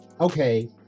okay